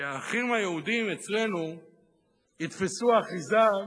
כי האחים היהודים אצלנו יתפסו אחיזה,